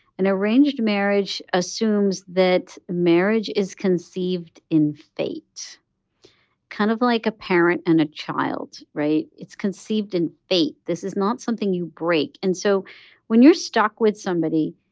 an arranged marriage assumes that marriage is conceived in fate kind of like a parent and a child, right? it's conceived in fate. this is not something you break. and so when you're stuck with somebody,